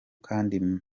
kandi